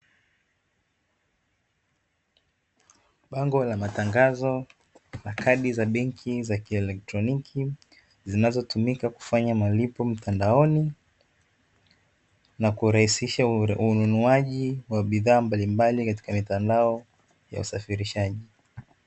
Bango la matangazo la kadi za benki za kielektroniki zinazotumika kufanya malipo mtandaoni, na kurahisisha ununuaji wa bidhaa mbalimbali katika mitandao ya usafirishaji.